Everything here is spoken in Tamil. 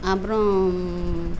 அப்றம்